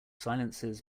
silences